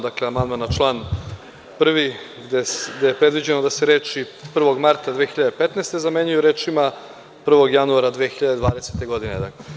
Dakle, amandman na član 1, gde je predviđeno da se reči: „1. marta 2015.“ zamenjuju rečima „1. januara 2020. godine“